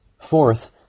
Fourth